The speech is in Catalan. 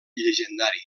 llegendari